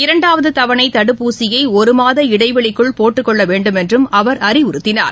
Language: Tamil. இரண்டாவதுதவனைதடுப்பூசியைஒருமாத இடைவெளிக்குள் போட்டுக் கொள்ளவேண்டுமென்றும் அவர் அறிவுறுத்தினார்